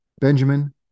Benjamin